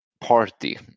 party